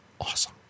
awesome